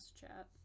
chat